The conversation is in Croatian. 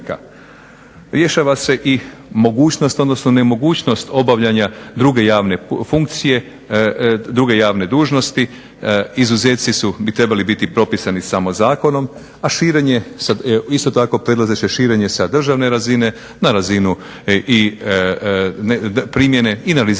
Rješava se i mogućnost, odnosno nemogućnost obavljanja druge javne funkcije, druge javne dužnosti. Izuzeci su, bi trebali biti propisani samo zakonom, a širenje, isto tako predlaže se širenje sa državne razine na razinu i primjene i na razinu